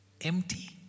empty